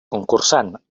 concursant